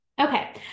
Okay